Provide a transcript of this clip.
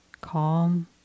calm